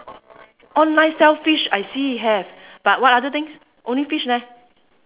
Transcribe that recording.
online sell fish I see have but what other things only fish leh